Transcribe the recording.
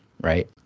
right